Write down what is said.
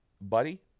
buddy